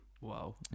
Wow